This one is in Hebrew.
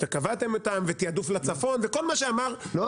אתם קבעתם אותם ותעדוף לצפון וכל מה שאמר מיכאל --- לא,